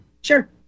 Sure